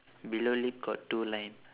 below lip got two line